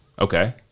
Okay